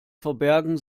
verbergen